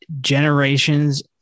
Generations